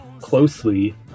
closely